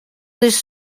this